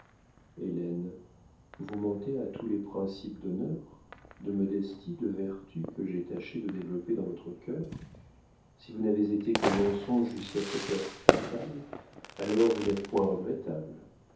vous mentez à tous les principes d'honneur de modestie de vertu que j'ai tâché de développer dans votre cœur si vous n'avez été que mensonge jusqu'à cette heure fatale alors vous n'êtes point regrettable